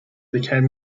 became